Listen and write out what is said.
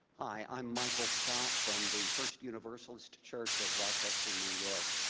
i'm michael scott from the first universalist church of rochester, new york.